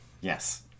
Yes